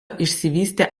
išsivystė